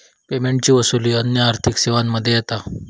पेमेंटची वसूली अन्य आर्थिक सेवांमध्ये येता